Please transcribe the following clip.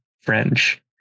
French